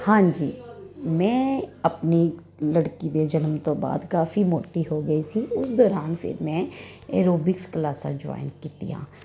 ਹਾਂਜੀ ਮੈਂ ਆਪਣੀ ਲੜਕੀ ਦੇ ਜਨਮ ਤੋਂ ਬਾਅਦ ਕਾਫੀ ਮੋਟੀ ਹੋ ਗਈ ਸੀ ਉਸ ਦੌਰਾਨ ਫਿਰ ਮੈਂ ਐਰੋਬਿਕਸ ਕਲਾਸਾਂ ਜੁਆਇਨ ਕੀਤੀਆਂ